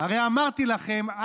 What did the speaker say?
הרי אמרתי לכם,